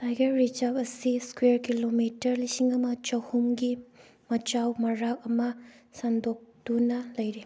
tiger reserve ꯑꯁꯤ square kilometre ꯂꯤꯁꯤꯡ ꯑꯃ ꯆꯍꯨꯝꯒꯤ ꯃꯆꯥꯎ ꯃꯔꯥꯛ ꯑꯃ ꯁꯟꯗꯣꯛꯇꯨꯅ ꯂꯩꯔꯤ